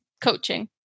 coaching